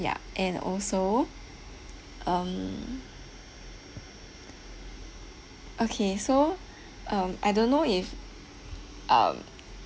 ya and also um okay so um I don't know if um